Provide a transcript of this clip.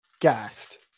gassed